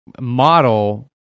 model